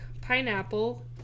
pineapple